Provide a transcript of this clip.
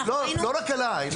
לא, לא רק עלי.